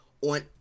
on